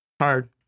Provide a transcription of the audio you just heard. hard